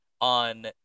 on